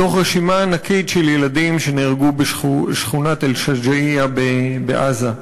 מתוך רשימה ענקית של ילדים שנהרגו בשכונת אל-שג'אעיה בעזה.